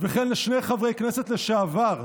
וכן לשני חברי כנסת לשעבר,